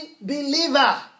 believer